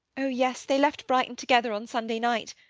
oh, yes. they left brighton together on sunday night.